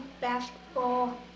basketball